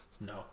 No